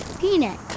Peanut